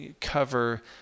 cover